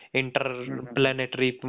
interplanetary